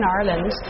Ireland